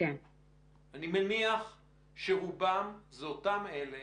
אני מניח שרובם זה אלה